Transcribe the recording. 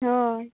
ᱦᱳᱭ